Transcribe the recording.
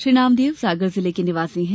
श्री नामदेव सागर जिले के निवासी हैं